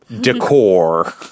Decor